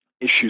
issues